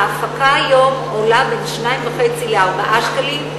ההפקה היום עולה בין 2.5 ל-4 שקלים.